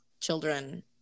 children